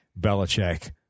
Belichick